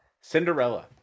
Cinderella